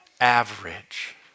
average